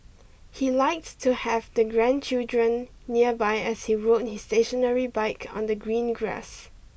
he likes to have the grandchildren nearby as he rode his stationary bike on the green grass